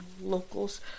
locals